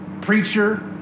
preacher